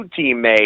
teammate